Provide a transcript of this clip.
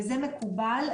וזה מקובל.